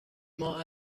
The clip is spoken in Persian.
ماه